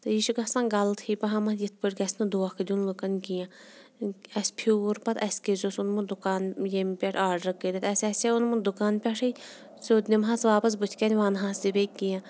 تہٕ یہِ چھِ گژھان غلطٕے پَہمَتھ یِتھ پٲٹھۍ گَژھِ نہٕ دھوکہٕ دیُٚن لُکَن کینٛہہ اَسہِ پھیوٗر پَتہٕ اَسہِ کیٛازِ اوس اوٚنمُت دُکان ییٚمہِ پٮ۪ٹھ آرڈر کٔرِتھ اَسہِ آسہِ ہہ اوٚنمُت دُکان پٮ۪ٹھٕے سیوٚد نمہٕ ہَس واپَس بٔتھۍ کَنۍ وَنہٕ ہَس تہِ بیٚیہِ کینٛہہ